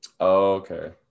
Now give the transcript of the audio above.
okay